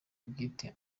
bwite